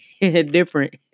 different